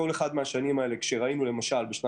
בכל אחת מהשנים הללו, כשראינו למשל בשנת